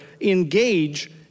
engage